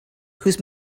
whose